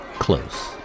close